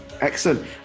excellent